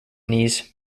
knees